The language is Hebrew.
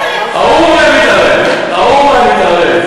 ההוא היה מתערב, ההוא היה מתערב.